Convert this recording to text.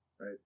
Right